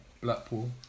Blackpool